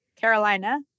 Carolina